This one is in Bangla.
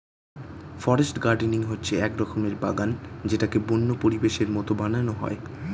ফরেস্ট গার্ডেনিং হচ্ছে এক রকমের বাগান যেটাকে বন্য পরিবেশের মতো বানানো হয়